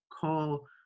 call